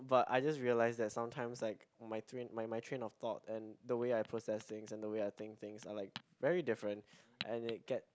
but I just realised that sometimes like my train my my train of thought and the way I process things and the way I think things are like very different and it get